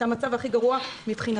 את המצב הכי גרוע מבחינתנו.